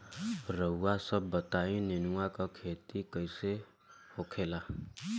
रउआ सभ बताई नेनुआ क खेती कईसे होखेला?